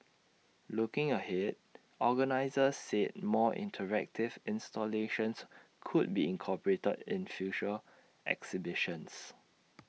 looking ahead organisers said more interactive installations could be incorporated in future exhibitions